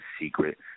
secret